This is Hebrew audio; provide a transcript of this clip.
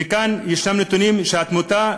יש נתונים שהתמותה,